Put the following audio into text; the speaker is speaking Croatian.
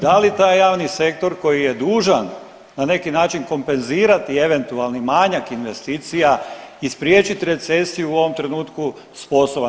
Da li taj javni sektor koji je dužan, na neki način, kompenzirati eventualni manjak investicija i spriječiti recesiju u ovom trenutku, sposoban?